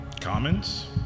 Comments